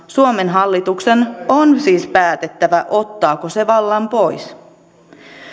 suomen hallituksen on siis päätettävä ottaako se vallan pois